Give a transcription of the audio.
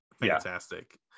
fantastic